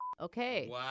Okay